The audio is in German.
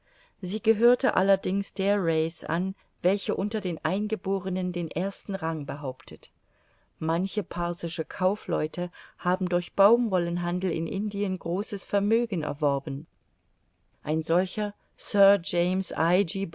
sie gehörte allerdings der race an welche unter den eingeborenen den ersten rang behauptet manche parsische kaufleute haben durch baumwollenhandel in indien großes vermögen erworben ein solcher